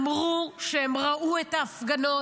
אמרו שהן ראו את ההפגנות,